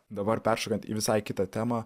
dabar peršokant į visai kitą temą